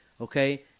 Okay